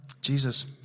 Jesus